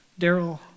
Daryl